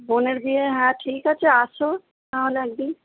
বোনের বিয়ে হ্যাঁ ঠিক আছে আসো তাহলে একদিন